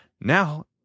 Now